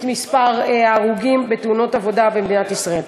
מספר ההרוגים בתאונות עבודה במדינת ישראל.